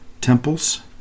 temples